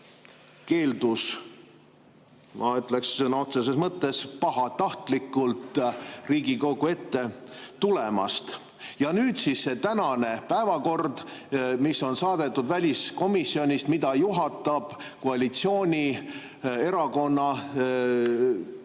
keeldus, ma ütleksin, sõna otseses mõttes pahatahtlikult Riigikogu ette tulemast. Ja nüüd siis see tänane päevakord, mis on saadetud väliskomisjonist, mida juhatab koalitsioonierakonna,